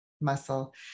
muscle